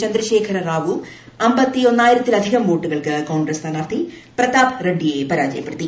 ചന്ദ്രശേഖര റാവു അമ്പത്തൊന്നായിരത്തില്ലധിക്ം വോട്ടുകൾക്ക് കോൺഗ്രസ് സ്ഥാനാർത്ഥി പ്രത്യ്പ്പ്റെഡിയെ പരാജയപ്പെടുത്തി